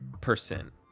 percent